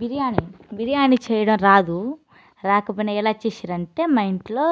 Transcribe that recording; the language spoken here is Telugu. బిర్యానీ బిర్యానీ చేయడం రాదు రాకపోయినా ఎలా చేసిండ్రు అంటే మా ఇంట్లో